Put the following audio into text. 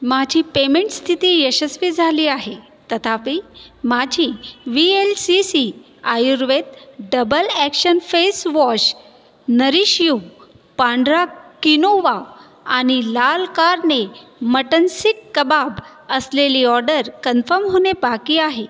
माझी पेमेंट स्थिती यशस्वी झाली आहे तथापि माझी V L C C Ayurveda double action face wash nourish you पांढरा किनोवा आणि लाल कार्ने मटन सीक कबाब असलेली ऑर्डर कन्फर्म होणे बाकी आहे